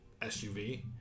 SUV